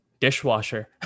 dishwasher